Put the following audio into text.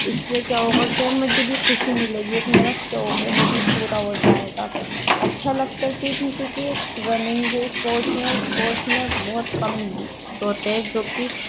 اس سے کیا ہوگا کہ مجھے بھی خوشی ملے گی ایک میرا شوق ہے وہ بھی پورا ہو جائے گا اچھا لگتا ہے کیونکہ ایک رننگ کے اسپورٹس نا اسپورٹس نا بہت کم ہوتے ہیں جو کہ